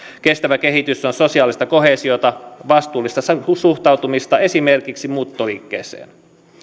kestävä kehitys on sosiaalista koheesiota vastuullista suhtautumista esimerkiksi muuttoliikkeeseen